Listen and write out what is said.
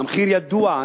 והמחיר ידוע.